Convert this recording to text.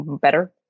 better